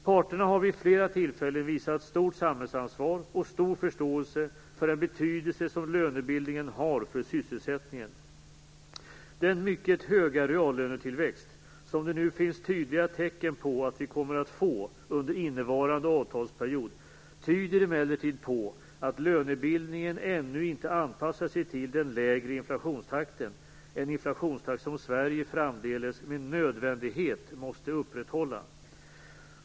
Parterna har vid flera tillfällen visat stort samhällsansvar och stor förståelse för den betydelse som lönebildningen har för sysselsättningen. Den mycket höga reallönetillväxt som det nu finns tydliga tecken på att vi kommer att få under innevarande avtalsperiod tyder emellertid på att lönebildningen ännu inte anpassat sig till den lägre inflationstakten, en inflationstakt som Sverige framdeles med nödvändighet måste upprätthålla.